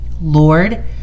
Lord